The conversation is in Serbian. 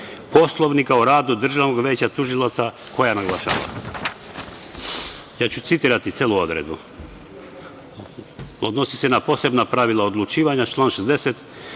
Poslovnika o radu Državnog veća tužilaca koja naglašava, citiraću celu odredbu, odnosi se na posebna pravila odlučivanja, član 60.